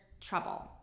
trouble